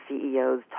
CEOs